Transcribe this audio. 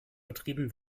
betrieben